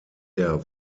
der